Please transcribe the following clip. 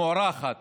המוערכת